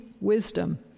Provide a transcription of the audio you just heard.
wisdom